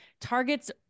Target's